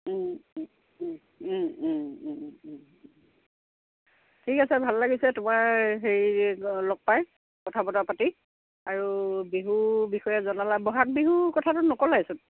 ও ঠিক আছে ভাল লাগিছে তোমাৰ হেৰি লগ পাই কথা বতৰা পাতি আৰু বিহু বিষয়ে জনালা বহাগ বিহুৰ কথাটো নকলাইছোন